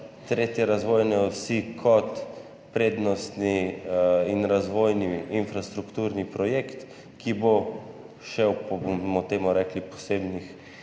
tretje razvojne osi kot prednostni in razvojni infrastrukturni projekt, ki bo šel po, bomo temu rekli, posebnih